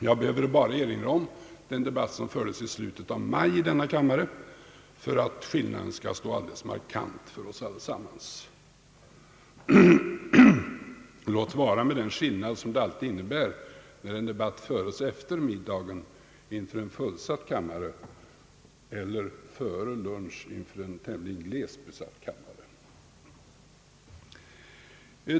Jag behöver bara erinra om den debatt, som fördes i denna kammare i slutet av maj för att skillnaden skall stå alldeles markant för oss allesamman — låt vara med den skillnad, som det alltid innebär när en debatt föres efter middagen inför en fullsatt kammare mot före lunchen inför en tämligen glest besatt kammare.